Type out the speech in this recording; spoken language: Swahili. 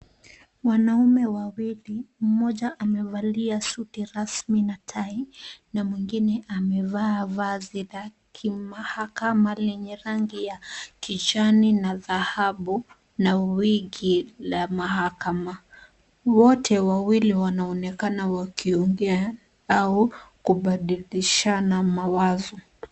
Wanaume wawili, mmoja amevalia suti rasmi na tai na mwingine amevaa vazi la kimahakama lenye rangi ya kijani na dhahabu na wigi la mahakama. Wote wawili wanaonekana wakiongea au kubadilishana mawazo.